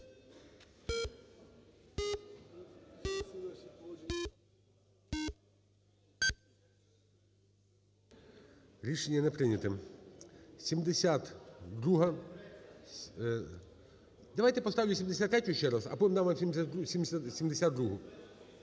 Рішення не прийнято. 72-а. Давайте поставлю 73-ю ще раз, а потім дам 72-у.